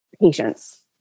patience